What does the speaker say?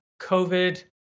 covid